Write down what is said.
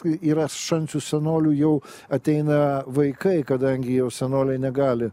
kai yra šalčių senolių jau ateina vaikai kadangi jau senoliai negali